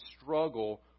struggle